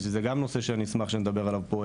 שזה גם נושא שאשמח שנדבר עליו פה,